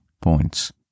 points